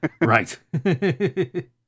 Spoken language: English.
right